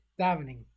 davening